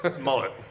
mullet